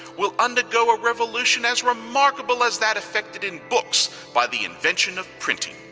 will undergo a revolution as remarkable as that effected in books by the invention of printing.